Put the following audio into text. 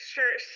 Sure